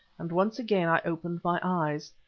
and once again i opened my eyes.